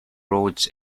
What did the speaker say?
roads